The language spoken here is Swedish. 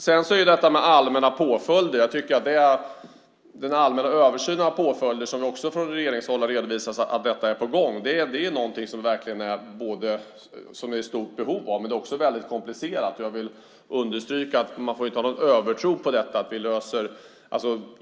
Sedan har vi detta med allmänna påföljder. Den allmänna översyn av påföljder som också från regeringshåll redovisats är på gång är något som vi verkligen är i stort behov av. Men detta är också väldigt komplicerat, så jag vill understryka att man inte får ha en övertro här.